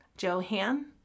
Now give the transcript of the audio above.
Johan